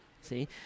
See